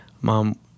Mom